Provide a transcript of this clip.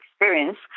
experience